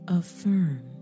affirm